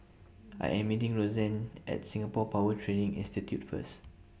I Am meeting Rozanne At Singapore Power Training Institute First